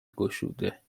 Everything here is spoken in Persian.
گشوده